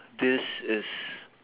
this is